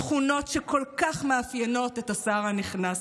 תכונות שכל כך מאפיינות את השר הנכנס.